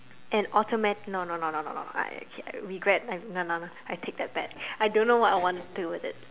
an automate no no no no no I K regret no no no I take that back I don't know what I want to do with it